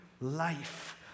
life